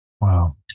Wow